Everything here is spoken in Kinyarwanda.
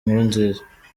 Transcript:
nkurunziza